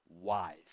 wise